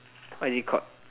what is it called